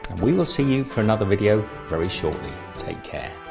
we will see you for another video very shortly. take care.